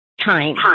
Time